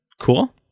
Cool